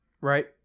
Right